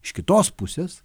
iš kitos pusės